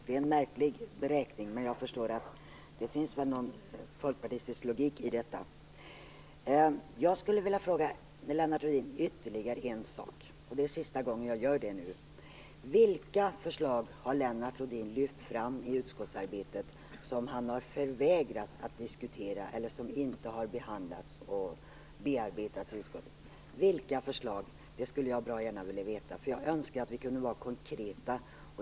Det är en märklig beräkning, men jag förstår att det finns någon folkpartistisk logik i detta. Jag skulle vilja fråga Lennart Rohdin ytterligare en sak. Det är sista gången jag gör det nu. Vilka förslag har Lennart Rohdin lyft fram i utskottsarbetet som han har förvägrats att diskutera eller som inte har behandlats och bearbetats i utskottet? Jag skulle bra gärna vilja veta vilka förslag det kan vara. Jag önskar att vi kunde vara konkreta.